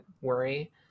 worry